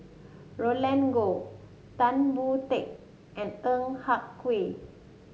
Roland Goh Tan Boon Teik and Ng Yak Whee